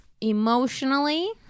Emotionally